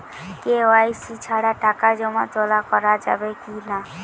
KYC ছাড়া টাকা জমা তোলা করা যাবে কি না?